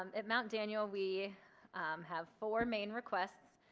um at mount daniel we have four main requests.